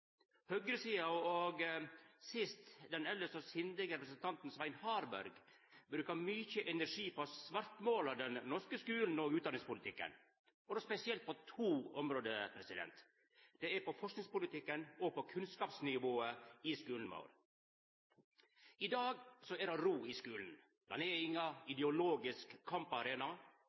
Høgresida, og sist den elles så sindige representanten Svein Harberg, brukar mykje energi på å svartmåla den norske skulen og utdanningspolitikken, og då spesielt på to område: Det er på forskingspolitikken og på kunnskapsnivået i skulen vår. I dag er det ro i skulen – han er ingen ideologisk kamparena.